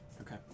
Okay